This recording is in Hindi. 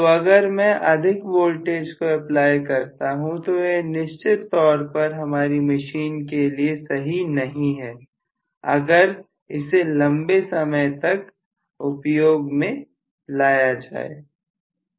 तो अगर मैं अधिक वोल्टेज को अप्लाई करता हूं तो यह निश्चित तौर पर हमारी मशीन के लिए सही नहीं है अगर इसे लंबे समय तक किया जाता है तो